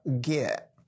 get